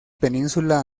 península